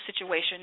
situation